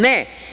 Ne.